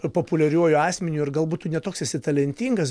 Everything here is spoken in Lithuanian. populiariuoju asmeniu ir galbūt tu ne toks esi talentingas